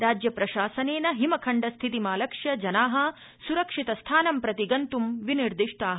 राज्य प्रशासनेन हिम खण्ड स्थितिमालक्ष्य जना सुरक्षित स्थानं प्रति ग गन्तुं विनिर्दिष्टा